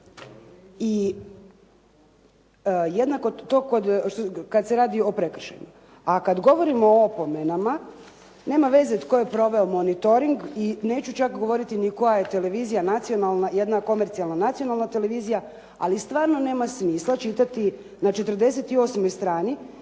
I jednako to, kad se radi o prekršajima. A kad govorimo o opomenama nema veze tko je proveo monitoring, i neću čak govoriti ni koja je televizija nacionalna, jedna komercijalna nacionalna televizija, ali stvarno nema smisla čitati na 48 strani